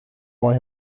why